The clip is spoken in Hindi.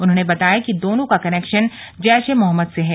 उन्होंने बताया कि दोनों का कनेक्श्न जैश ए मोहम्मद से है